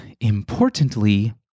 importantly